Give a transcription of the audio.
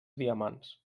diamants